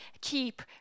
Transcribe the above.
keep